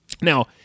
Now